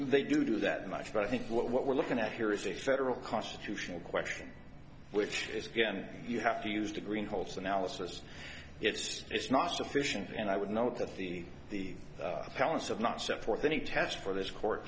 they do do that much but i think what we're looking at here is a federal constitutional question which is again you have to use the green holds analysis it's it's not sufficient and i would note that the the palace of not set forth any test for this court